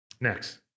Next